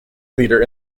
leader